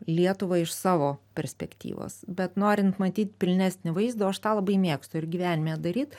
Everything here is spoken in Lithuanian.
lietuvą iš savo perspektyvos bet norint matyt pilnesnį vaizdą o aš tą labai mėgstu ir gyvenime daryt